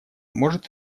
может